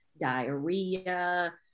diarrhea